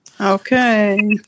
okay